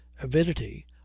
avidity